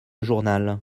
journal